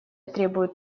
требуют